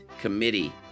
Committee